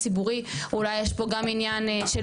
אולי יש פה גם עניין ציבורי,